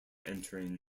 entering